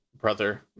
brother